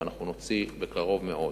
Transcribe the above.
ואנחנו נוציא בקרוב מאוד,